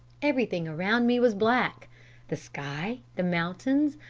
everything around me was black the sky, the mountains,